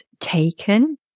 taken